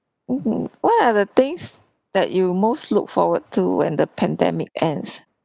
mmhmm what are the things that you most look forward to when the pandemic ends